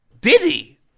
Diddy